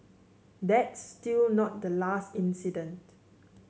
that's still not the last incident